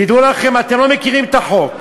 תדעו לכם, אתם לא מכירים את החוק.